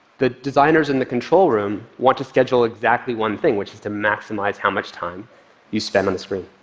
the designers in the control room want to schedule exactly one thing, which is to maximize how much time you spend on the screen.